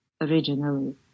originally